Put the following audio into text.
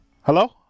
Hello